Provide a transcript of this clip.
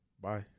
Bye